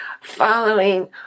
following